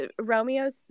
romeo's